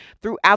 throughout